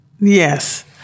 yes